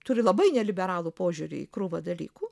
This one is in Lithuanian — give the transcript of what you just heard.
turi labai neliberalų požiūrį į krūvą dalykų